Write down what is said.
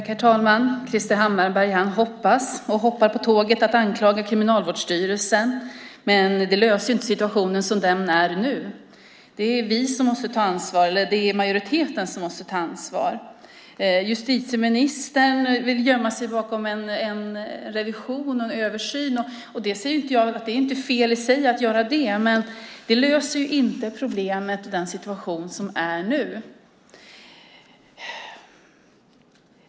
Herr talman! Krister Hammarbergh hoppas och hoppar på tåget att anklaga Kriminalvårdsstyrelsen. Men det löser inte problemet i den situation som nu är. Det är majoriteten som måste ta ansvar. Justitieministern vill gömma sig bakom en revision och en översyn. Det är inte fel i sig att göra sådana, men det löser inte problemet i den situation som nu är.